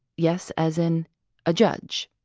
yes, as in a judge.